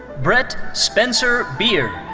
brett spencer beard.